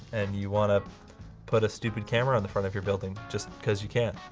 and you want to put a stupid camera on the front of your building just because you can.